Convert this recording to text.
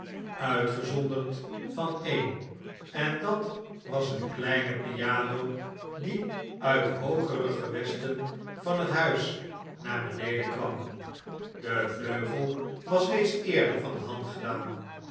uitgezonderd van een en dat was een kleine piano die uit de hoogere gewesten van het huis naar beneden kwam de vleugel was reeds eerder van de